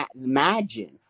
imagine